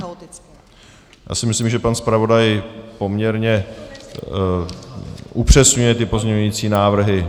Já si myslím, že pan zpravodaj poměrně upřesňuje ty pozměňující návrhy.